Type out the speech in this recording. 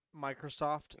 Microsoft